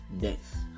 death